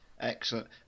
excellent